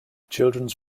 children’s